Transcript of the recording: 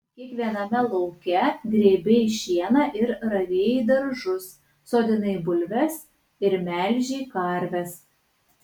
kiekviename lauke grėbei šieną ir ravėjai daržus sodinai bulves ir melžei karves